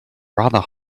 rather